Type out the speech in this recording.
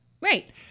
right